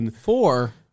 Four